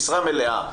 משרה מלאה,